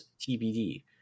tbd